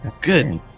Good